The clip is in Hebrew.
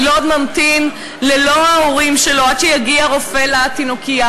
היילוד ממתין ללא ההורים שלו עד שיגיע רופא לתינוקייה.